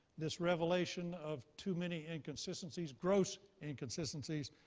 this revelation of too many inconsistencies, gross inconsistencies,